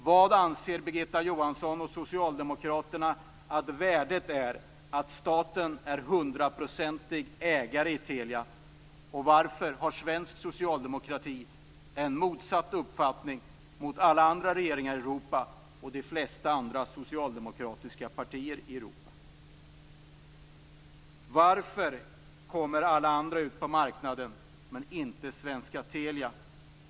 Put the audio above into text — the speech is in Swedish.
Vad anser Birgitta Johansson och Socialdemokraterna att värdet är av att staten är hundraprocentig ägare av Telia? Varför har svensk socialdemokrati en motsatt uppfattning mot alla andra regeringar i Europa och de flesta andra socialdemokratiska partier i Europa? 3. Varför kommer alla andra ut på marknaden men inte svenska Telia?